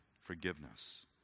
forgiveness